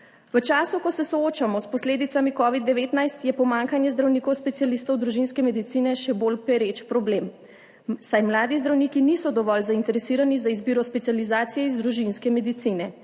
V času, ko se soočamo s posledicami COVID-19, je pomanjkanje zdravnikov specialistov družinske medicine še bolj pereč problem, saj mladi zdravniki niso dovolj zainteresirani za izbiro specializacije iz družinske medicine.